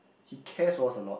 he cares for us a lot